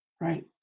right